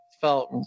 Felt